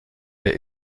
der